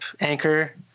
anchor